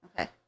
Okay